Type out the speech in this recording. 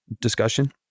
discussion